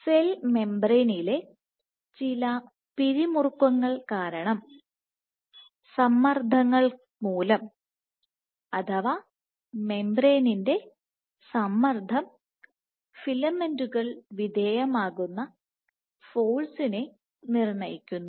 cell മെംബറേനിലെ ചില പിരിമുറുക്കങ്ങൾ കാരണം സമ്മർദ്ദങ്ങൾ മൂലം അഥവാ മെംബറേനിൻറെ സമ്മർദ്ദം ഫിലമെന്റുകൾ വിധേയമാകുന്ന ഫോഴ്സിനെ നിർണ്ണയിക്കുന്നു